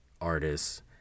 artists